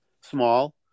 small